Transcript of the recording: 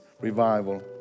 revival